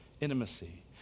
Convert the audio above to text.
intimacy